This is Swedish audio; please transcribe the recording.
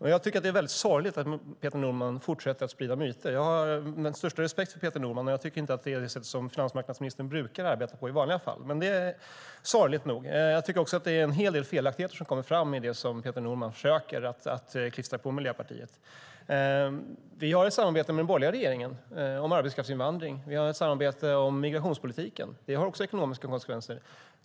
Jag tycker att det är mycket sorgligt att Peter Norman fortsätter att sprida myter. Jag har den största respekten för Peter Norman, och jag tycker inte att det är det sätt som finansmarknadsministern brukar arbeta på i vanliga fall. Men det är sorgligt nog. Det är också en hel del felaktigheter som kommer fram i det som Peter Norman försöker att klistra på Miljöpartiet. Vi har ett samarbete med den borgerliga regeringen om arbetskraftsinvandring och om migrationspolitiken. Det har också ekonomiska konsekvenser.